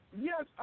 Yes